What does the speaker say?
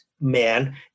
man